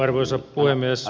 arvoisa puhemies